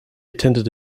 attended